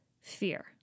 fear